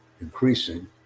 increasing